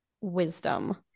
wisdom